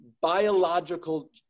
biological